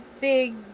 big